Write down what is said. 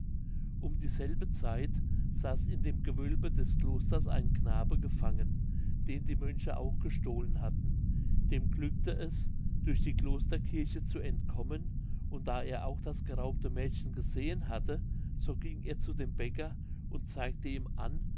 um dieselbe zeit saß in dem gewölbe des klosters ein knabe gefangen den die mönche auch gestohlen hatten dem glückte es durch die klosterkirche zu entkommen und da er auch das geraubte mädchen gesehen hatte so ging er zu dem bäcker und zeigte ihm an